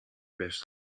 best